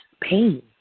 pain